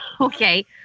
Okay